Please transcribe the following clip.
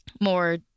more